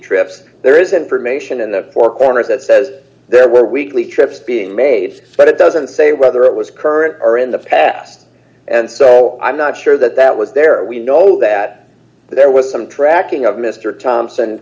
trips there is information in the four corners that says there were weekly trips being made but it doesn't say whether it was current or in the past and so i'm not sure that that was there we know that there was some tracking of mr thompson